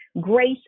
grace